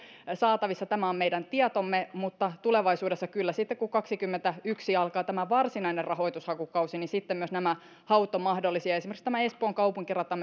saatavissa tämä on meidän tietomme mutta tulevaisuudessa kyllä kun vuonna kaksikymmentäyksi alkaa tämä varsinainen rahoitushakukausi niin sitten myös nämä haut ovat mahdollisia esimerkiksi espoon kaupunkirata